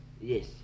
Yes